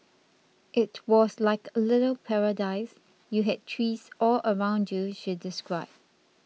it was like a little paradise you had trees all around you she described